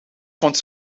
vond